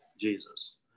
Jesus